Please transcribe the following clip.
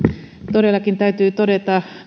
todellakin täytyy todeta